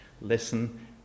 listen